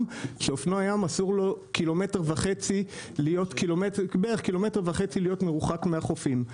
שאופנוע ים אסור לו קילומטר וחצי להיות מרוחק מהחופים.